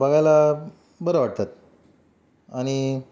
बघायला बरं वाटतात आणि